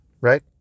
Right